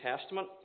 Testament